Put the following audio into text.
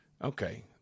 okay